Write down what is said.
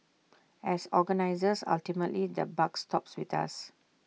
as organisers ultimately the buck stops with us